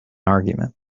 argument